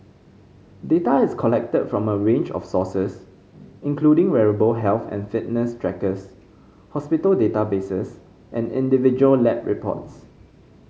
data is collected from a range of sources including wearable health and fitness trackers hospital databases and individual lab reports